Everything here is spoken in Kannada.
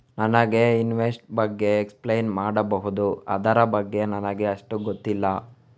ನನಗೆ ಇನ್ವೆಸ್ಟ್ಮೆಂಟ್ ಬಗ್ಗೆ ಎಕ್ಸ್ಪ್ಲೈನ್ ಮಾಡಬಹುದು, ಅದರ ಬಗ್ಗೆ ನನಗೆ ಅಷ್ಟು ಗೊತ್ತಿಲ್ಲ?